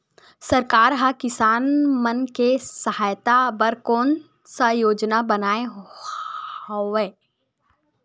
सरकार हा किसान मन के सहायता बर कोन सा योजना बनाए हवाये?